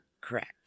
Correct